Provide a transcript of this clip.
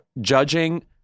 judging